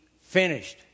finished